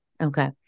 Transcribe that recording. Okay